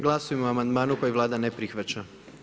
Glasujmo o amandmanu koji Vlada ne prihvaća.